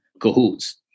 cahoots